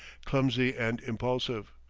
clumsy and impulsive.